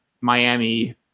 Miami